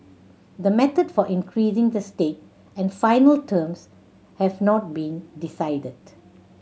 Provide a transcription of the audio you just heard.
the method for increasing the stake and final terms have not been decided